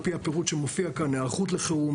פי הפירוט שמופיע כאן: היערכות לחירום,